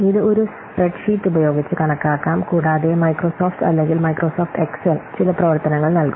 ഇത് ഒരു spread sheet ഉപയോഗിച്ച് കണക്കാക്കാം കൂടാതെ മൈക്രോസോഫ്റ്റ് അല്ലെങ്കിൽ മൈക്രോസോഫ്റ്റ് എക്സൽ ചില പ്രവർത്തനങ്ങൾ നൽകും